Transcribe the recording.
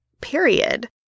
period